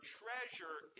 treasure